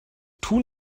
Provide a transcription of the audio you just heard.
tun